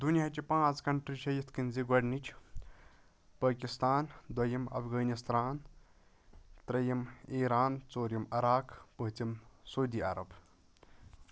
دُنیاچہِ پانٛژھ کَنٹری چھِ یِتھ کنۍ زِ گۄڈنِچ پٲکِستان دٔیٚیِم اَفغٲنِستران ترٛیٚیِم ایٖران ژورِم عَراق پوٗنٛژِم سودی عَرَب